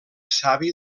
savi